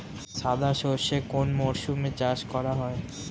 সাদা সর্ষে কোন মরশুমে চাষ করা হয়?